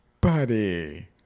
Buddy